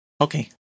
Okay